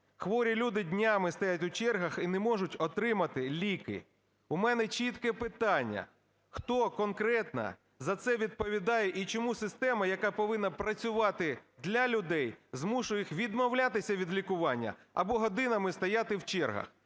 Хворі люди днями стоять у чергах і не можуть отримати ліки. У мене чітке питання: хто конкретно за це відповідає і чому система, яка повинна працювати для людей, змушує їх відмовлятися від лікування або годинами стояти в чергах?